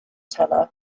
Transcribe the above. teller